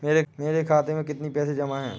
मेरे खाता में कितनी पैसे जमा हैं?